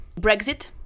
Brexit